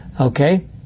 Okay